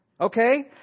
Okay